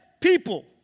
People